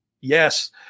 Yes